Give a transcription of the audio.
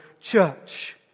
Church